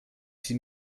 sie